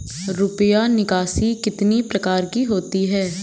रुपया निकासी कितनी प्रकार की होती है?